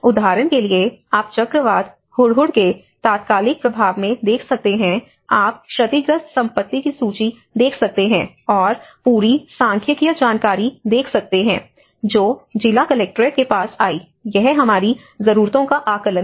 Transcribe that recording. उदाहरण के लिए आप चक्रवात हुदहुद के तात्कालिक प्रभाव में देख सकते हैं आप क्षतिग्रस्त संपत्ति की सूची देख सकते हैं और पूरी सांख्यिकीय जानकारी देख सकते हैं जो जिला कलेक्ट्रेट के पास आई यह हमारी जरूरतों का आकलन है